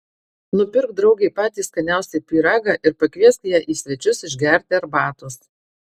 nupirk draugei patį skaniausią pyragą ir pakviesk ją į svečius išgerti arbatos